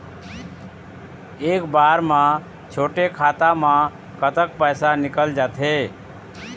एक बार म छोटे खाता म कतक पैसा निकल जाथे?